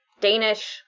Danish